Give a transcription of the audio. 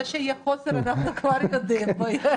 זה שיהיה חוסר אנחנו כבר יודעים.